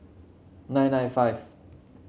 nine nine five